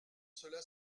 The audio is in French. cela